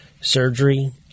surgery